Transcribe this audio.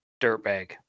dirtbag